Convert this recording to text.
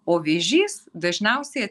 o vėžys dažniausiai